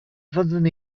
fydden